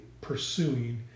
pursuing